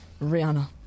Rihanna